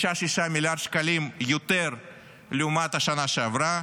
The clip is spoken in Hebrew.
6 מיליארד שקלים יותר לעומת השנה שעברה.